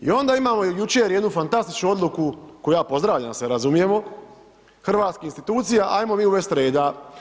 I onda imamo jučer jednu fantastičnu odluku koju ja pozdravljam, da se razumijemo, hrvatskih institucija, ajmo mi uvest reda.